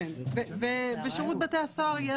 ושירות בתי הסוהר,